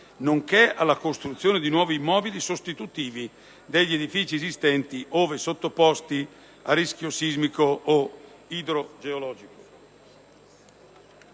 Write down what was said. nonché alla costruzione di nuovi immobili sostitutivi degli edifici esistenti ove sottoposti a rischio sismico o idrogeologico.